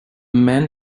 men